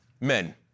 Men